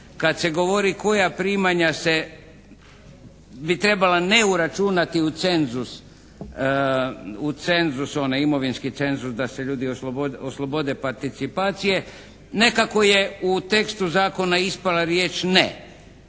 kad se govori koja primanja bi se trebala neuračunati u imovinski cenzus da se ljudi oslobode participacije nekako je u tekstu zakonu ispala riječ ne.